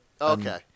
Okay